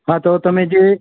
હા તો તમે જે